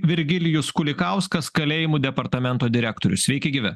virgilijus kulikauskas kalėjimų departamento direktorius sveiki gyvi